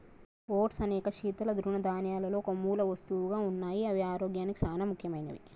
oats అనేక శీతల తృణధాన్యాలలో ఒక మూలవస్తువుగా ఉన్నాయి అవి ఆరోగ్యానికి సానా ముఖ్యమైనవి